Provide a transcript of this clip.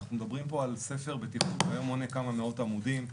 אנחנו מדברים פה על ספר בטיחות שהיום הוא מונה כמה מאות עמודים,